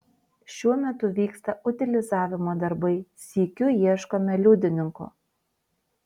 šiuo metu vyksta utilizavimo darbai sykiu ieškome liudininkų